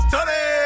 Tony